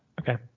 Okay